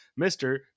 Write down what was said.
Mr